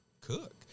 cook